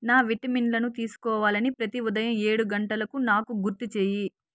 నా విటమిన్లను తీసుకోవాలని ప్రతి ఉదయం ఏడు గంటలకు నాకు గుర్తుచెయ్యి